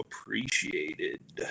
appreciated